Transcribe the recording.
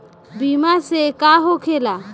बीमा से का होखेला?